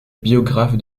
biographe